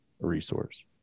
resource